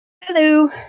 Hello